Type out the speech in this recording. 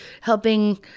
helping